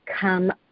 come